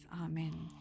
Amen